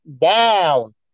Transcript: down